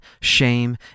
shame